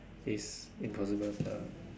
is impossible ya